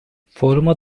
foruma